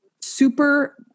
super